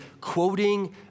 quoting